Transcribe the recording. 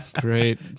great